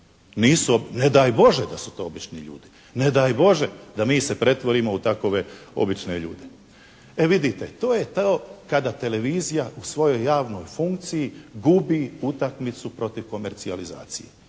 ne daj Bože da su to obični ljudi. Ne daj Bože da mi se pretvorimo u takove obične ljude. E vidite. To je to kada televizija u svojoj javnoj funkciji gubi utakmicu protiv komercijalizacije.